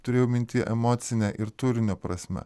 turėjau minty emocine ir turinio prasme